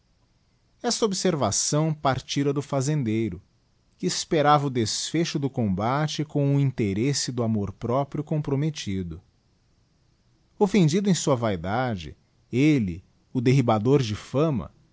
esta observação partira do fazendeiro que esperava o desfecho do combate com o interesse do amor próprio compromettido oflfendido em sua vaidade elle o derribador de fama